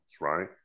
right